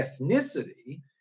ethnicity